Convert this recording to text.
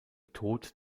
tod